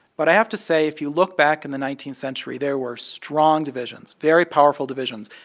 but i have to say. if you look back in the nineteenth century, there were strong divisions very powerful divisions.